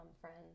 friends